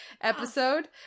episode